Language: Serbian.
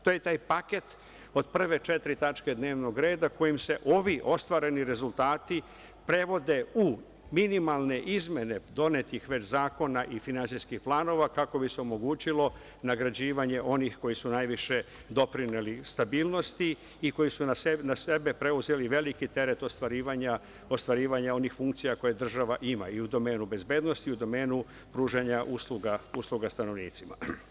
To je taj paket od prve četiri tačke dnevnog reda kojima se ovi ostvareni rezultati prevode u minimalne izmene donetih već zakona i finansijskih planova kako bi se omogućilo nagrađivanje onih koji su najviše doprineli stabilnosti i koji su na sebe preuzeli veliki teret ostvarivanja onih funkcija koje država ima, i u domenu bezbednosti i u domenu pružanja usluga stanovnicima.